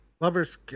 Lovers